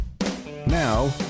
Now